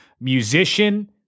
musician